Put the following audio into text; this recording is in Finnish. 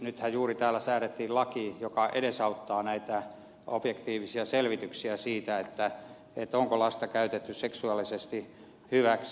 nythän juuri täällä säädettiin laki joka edesauttaa näitä objektiivisia selvityksiä siitä onko lasta käytetty seksuaalisesti hyväksi